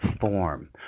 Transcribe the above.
form